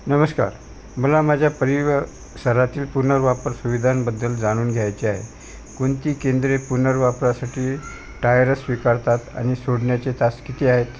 नमस्कार मला माझ्या परिव सरातील पुनर्वापर सुविधांबद्दल जाणून घ्यायचे आहे कोणती केंद्रे पुनर्वापरासाठी टायर स्वीकारतात आणि सोडण्याचे तास किती आहेत